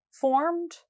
formed